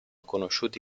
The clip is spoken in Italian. conosciuti